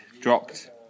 dropped